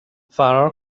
فرار